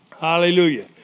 Hallelujah